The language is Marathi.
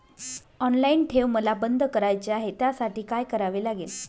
ऑनलाईन ठेव मला बंद करायची आहे, त्यासाठी काय करावे लागेल?